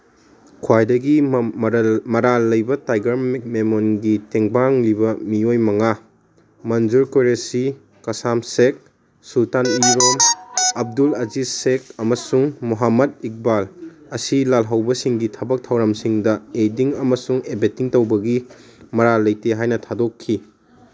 ꯈ꯭ꯋꯥꯏꯗꯒꯤ ꯃꯔꯜ ꯃꯔꯥꯜ ꯂꯩꯕ ꯇꯥꯏꯒꯔ ꯃꯦꯃꯣꯟꯒꯤ ꯇꯦꯡꯕꯥꯡꯂꯤꯕ ꯃꯤꯑꯣꯏ ꯃꯉꯥ ꯃꯟꯖꯨꯔ ꯀꯨꯔꯦꯁꯤ ꯀꯁꯥꯝ ꯁꯦꯈ ꯁꯨꯇꯟ ꯏꯔꯣꯝ ꯑꯞꯗꯨꯜ ꯑꯁꯤꯁ ꯁꯦꯈ ꯑꯃꯁꯨꯡ ꯃꯣꯍꯃꯠ ꯏꯛꯕꯥꯜ ꯑꯁꯤ ꯂꯥꯜꯍꯧꯕꯁꯤꯡꯒꯤ ꯊꯕꯛ ꯊꯧꯔꯝꯁꯤꯡꯗ ꯑꯦꯗꯤꯡ ꯑꯃꯁꯨꯡ ꯑꯦꯕꯦꯠꯇꯤꯡ ꯇꯧꯕꯒꯤ ꯃꯔꯥꯜ ꯂꯩꯇꯦ ꯍꯥꯏꯅ ꯊꯥꯗꯣꯛꯈꯤ